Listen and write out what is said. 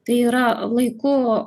tai yra laiku